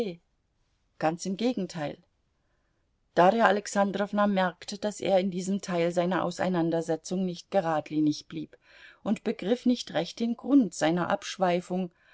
ganz im gegenteil darja alexandrowna merkte daß er in diesem teil seiner auseinandersetzung nicht geradlinig blieb und begriff nicht recht den grund seiner abschweifung